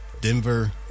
Denver